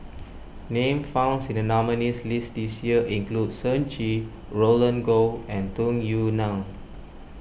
names founds in the nominees' list this year includes Shen Xi Roland Goh and Tung Yue Nang